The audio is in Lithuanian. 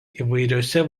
įvairiose